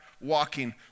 walking